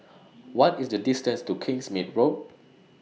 What IS The distance to Kingsmead Road